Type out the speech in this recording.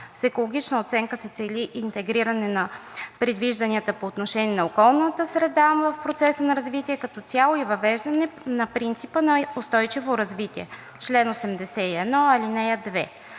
С екологична оценка се цели интегриране на предвижданията по отношение на околната среда в процеса на развитие като цяло и въвеждане на принципа на устойчиво развитие – чл. 81, ал. 2.